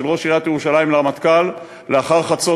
ראש עיריית ירושלים לרמטכ"ל לאחר חצות,